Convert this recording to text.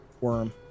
Worm